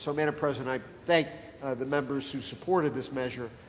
so madam president, i thank the uembers who supported this measure,